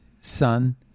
son